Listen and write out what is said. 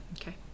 Okay